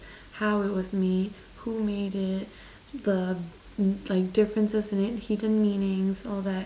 how it was made who made it the like differences in it hidden meanings all that